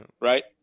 right